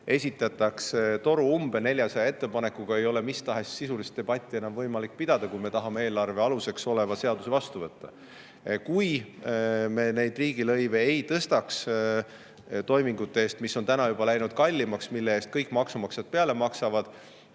kus aetakse toru umbe 400 ettepanekuga, ei ole mis tahes sisulist debatti enam võimalik pidada, kui me tahame eelarve aluseks oleva seaduse vastu võtta. Kui me neid riigilõive ei tõstaks toimingute eest, mis on juba läinud kallimaks ja mille eest kõik maksumaksjad peale maksavad,